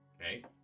Okay